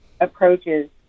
approaches